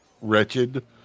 wretched